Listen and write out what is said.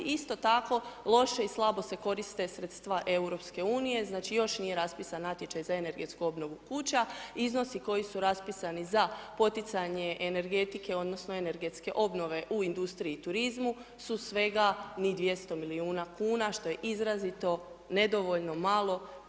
Isto tako, loše i slabo se koriste sredstva EU, znači, još nije raspisan natječaj za energetsku obnovu kuća, iznosi koji su raspisani za poticanje energetike odnosno energetske obnove u industriji i turizmu su svega, ni 200 milijuna kuna, što je izrazito nedovoljno malo i